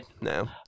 no